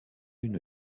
une